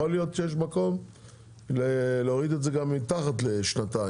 יכול להיות שיש מקום להוריד את זה גם מתחת לשנתיים,